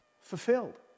Fulfilled